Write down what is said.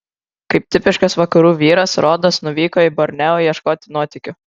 kaip tipiškas vakarų vyras rodas nuvyko į borneo ieškoti nuotykių